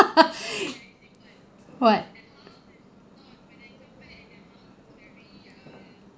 what